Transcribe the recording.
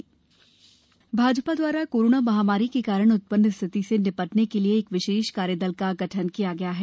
विशेष कार्यदल भाजपा द्वारा कोरोना महामारी के कारण उत्पन्न स्थिति से निपटने के लिए एक विशेष कार्य दल का गठन किया गया है